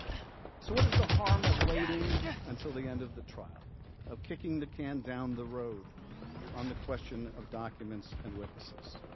so what is the harm of waiting until the end of the trial and of kicking the can down the road on the question of documents and witnesses?